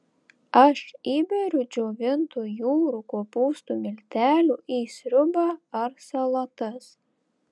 aš įberiu džiovintų jūrų kopūstų miltelių į sriubą ar salotas